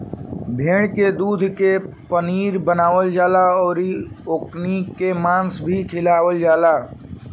भेड़ के दूध के पनीर बनावल जाला अउरी ओकनी के मांस भी खाईल जाला